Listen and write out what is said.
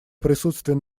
присутствие